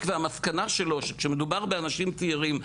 והמסקנה שלו שכשמדובר באנשים צעירים,